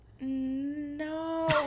No